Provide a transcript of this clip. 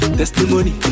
testimony